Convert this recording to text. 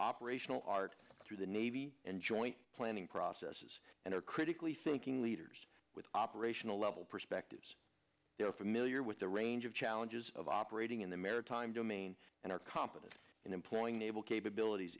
operational art through the navy and joint planning processes and are critically thinking leaders with operational level perspectives they are familiar with the range of challenges of operating in the maritime domain and are competent in employing naval capabilities